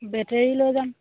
battery লৈ যাম